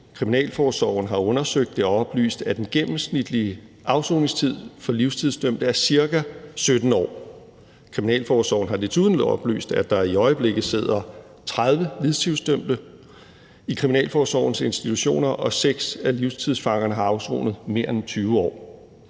Kriminalforsorgen har undersøgt det og oplyst, at den gennemsnitlige afsoningstid for livstidsdømte er ca. 17 år. Kriminalforsorgen har desuden oplyst, at der i øjeblikket sidder 30 livstidsdømte i kriminalforsorgens institutioner, og at 6 af livstidsfangerne har afsonet mere end 20 år.